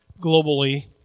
globally